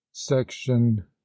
section